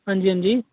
हां जी हां जी